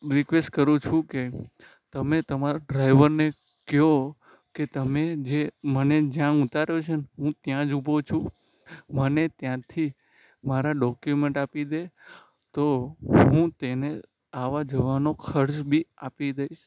request કરું છું કે તમે તમારા ડ્રાઇવરને કહો કે તમે જે મને જ્યાં ઉતાર્યો છે હું ત્યાં જ ઉભો છું મને ત્યાંથી મારાં ડોક્યુમેન્ટ આપી દે તો હુ તેને આવવા જવાનો ખર્ચ બી આપી દઈશ